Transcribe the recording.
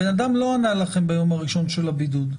הבן אדם לא ענה לכם ביום הראשון של הבידוד,